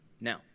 Now